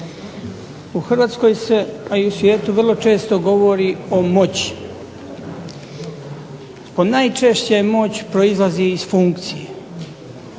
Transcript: U Hrvatskoj se a i u svijetu vrlo često govori o moći. Ponajčešće moć proizlazi iz funkcije